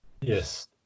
Yes